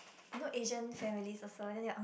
you know Asian families also then your un~